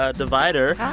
ah divider. hi.